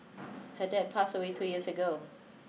her dad pass away two years ago